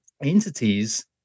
entities